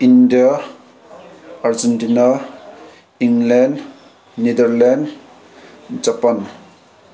India Argentina ꯏꯪꯂꯦꯟ Netherlands Japan